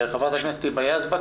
ח"כ היבה יזבק,